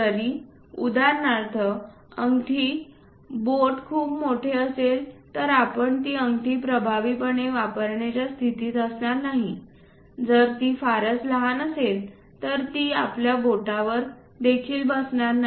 जरी उदाहरणार्थ अंगठी बोट खूप मोठे असेल तर आपण ती अंगठी प्रभावीपणे वापरण्याच्या स्थितीत असणार नाही जर ती फारच लहान असेल तर ती आपल्या बोटावर देखील बसणार नाही